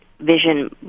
vision